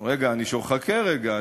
רגע, חכה רגע.